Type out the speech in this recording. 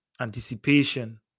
Anticipation